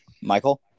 Michael